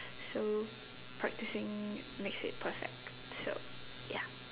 so practising makes it perfect so ya